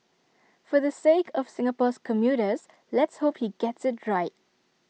for the sake of Singapore's commuters let's hope he gets IT right